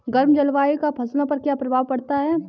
गर्म जलवायु का फसलों पर क्या प्रभाव पड़ता है?